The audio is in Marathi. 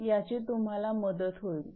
याची तुम्हाला मदत होईल